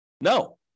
No